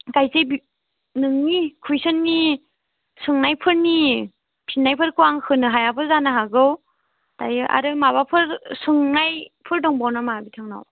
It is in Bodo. खायसे बि नोंनि कुइसोननि सोंनायफोरनि फिननायफोरखौ आं होनो हायाबो जानो हागौ दायो आरो माबाफोर सोंनायफोर दबावो नामा बिथांनाव